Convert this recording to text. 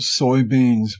soybeans